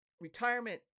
Retirement